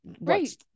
right